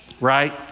right